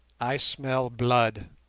i smell blood,